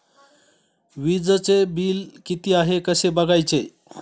वीजचे बिल किती आहे कसे बघायचे?